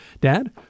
Dad